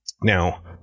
Now